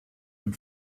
dem